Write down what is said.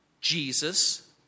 Jesus